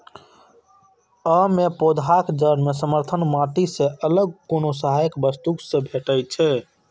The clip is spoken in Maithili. अय मे पौधाक जड़ कें समर्थन माटि सं अलग कोनो सहायक वस्तु सं भेटै छै